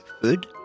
food